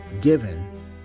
given